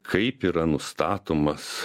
kaip yra nustatomas